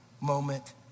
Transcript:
moment